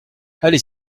allez